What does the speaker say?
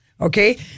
Okay